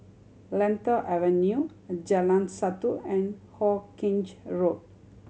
Lentor Avenue Jalan Satu and Hawkinge Road